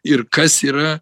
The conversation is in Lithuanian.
ir kas yra